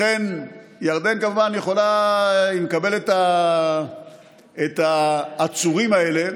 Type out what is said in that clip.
לכן, ירדן כמובן מקבלת את העצורים האלה